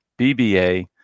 BBA